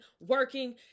working